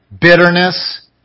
bitterness